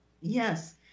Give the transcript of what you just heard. Yes